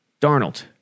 Darnold